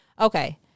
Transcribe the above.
Okay